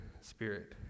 Spirit